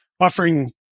offering